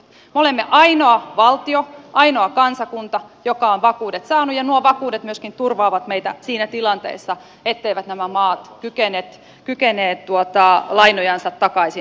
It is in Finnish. me olemme ainoa valtio ainoa kansakunta joka on vakuudet saanut ja nuo vakuudet myöskin turvaavat meitä siinä tilanteessa etteivät nämä maat kykene lainojansa takaisin maksamaan